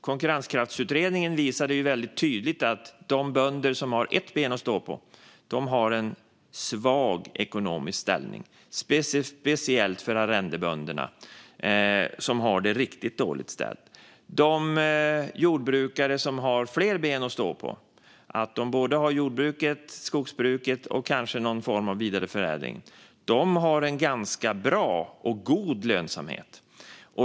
Konkurrenskraftsutredningen visade ju väldigt tydligt att de bönder som har ett ben att stå på har en svag ekonomisk ställning, speciellt arrendebönderna som har det riktigt dåligt ställt. De jordbrukare som har fler ben att stå på - jordbruket, skogsbruket och kanske någon form av vidareförädling - har en ganska god lönsamhet.